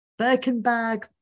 Birkenbag